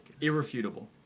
Irrefutable